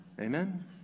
Amen